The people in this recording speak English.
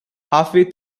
halfway